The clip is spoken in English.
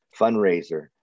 fundraiser